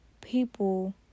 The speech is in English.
people